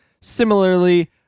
Similarly